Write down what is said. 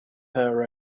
her